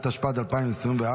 התשפ"ד 2024,